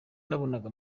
nabonaga